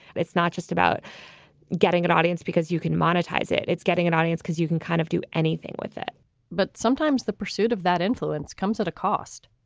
it's not just about getting an audience because you can monetize it. it's getting an audience because you can kind of do anything with it but sometimes the pursuit of that influence comes at a cost.